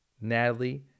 Natalie